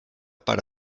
per